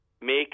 make